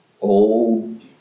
old